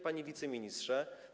Panie Wiceministrze!